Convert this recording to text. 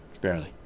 Barely